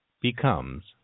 becomes